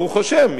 ברוך השם,